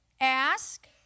ask